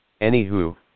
Anywho